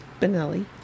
benelli